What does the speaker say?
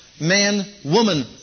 man-woman